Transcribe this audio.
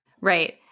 Right